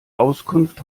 auskunft